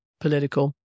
political